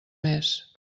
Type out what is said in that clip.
més